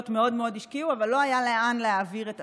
מאוד מאוד השקיעו אבל לא היה לאן להעביר את הזה.